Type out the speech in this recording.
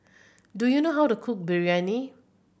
do you know how to cook Biryani